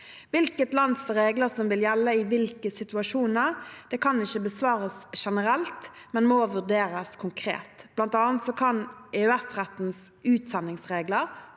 Hvilket lands regler som vil gjelde i hvilke situasjoner, kan ikke besvares generelt, men må vurderes konkret. Blant annet kan EØS-rettens utsendingsregler